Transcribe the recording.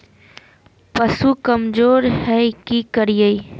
पशु कमज़ोर है कि करिये?